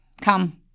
Come